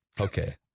Okay